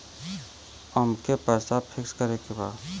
अमके पैसा फिक्स करे के बा?